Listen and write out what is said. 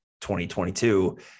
2022